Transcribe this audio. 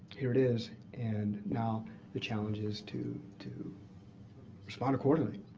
here it is. and now the challenge is to to respond accordingly.